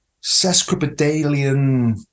sesquipedalian